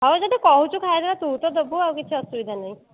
ହଉ ଯଦି କହୁଛୁ ଖାଇଦେବା ତୁ ତ ଦେବୁ ଆଉ କିଛି ଅସୁବିଧା ନାହିଁ